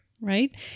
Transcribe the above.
Right